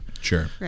sure